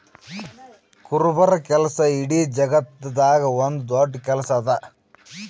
ಕುರುಬರ ಕೆಲಸ ಇಡೀ ಜಗತ್ತದಾಗೆ ಒಂದ್ ದೊಡ್ಡ ಕೆಲಸಾ ಅದಾ